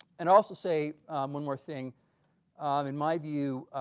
and also say one more thing in my view